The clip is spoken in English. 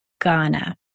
Ghana